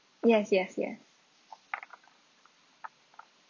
yes yes yes